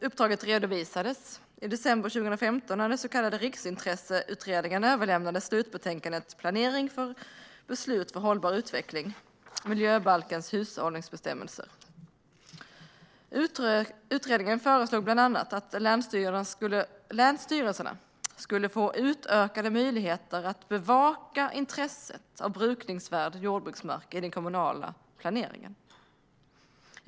Uppdraget redovisades i december 2015, när den så kallade Riksintresseutredningen överlämnade slutbetänkandet Planering och beslut för hållbar utveckling - Miljöbalkens hushållningsbestämmelser . Utredningen föreslog bland annat att länsstyrelserna skulle få utökade möjligheter att bevaka intresset av brukningsvärd jordbruksmark i den kommunala planeringen.